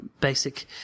basic